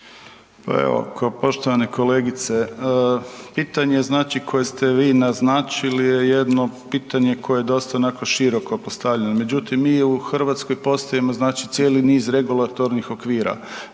Pa evo poštovane kolegice pitanje znači koje ste vi naznačili je jedno pitanje koje je dosta onako široko postavljeno. Međutim, mi u Hrvatskoj postojimo znači cijeli niz regulatornih okvira,